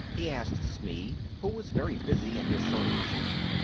he asked smee, who was very busy at his sewing-machine.